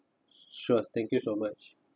sure thank you so much